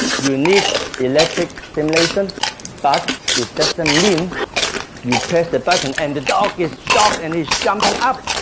you and need electric stimulation but it doesn't mean you press the button and the dog is shocked and is jumping up.